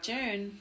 June